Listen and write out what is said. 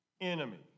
enemy